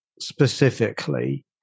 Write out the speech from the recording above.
specifically